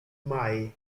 mai